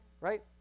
right